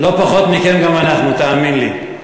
לא פחות מכם גם אנחנו, תאמין לי.